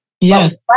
Yes